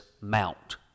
mount